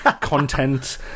content